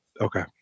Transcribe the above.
Okay